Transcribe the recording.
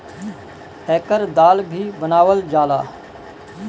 एकर दाल भी बनावल जाला